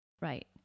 Right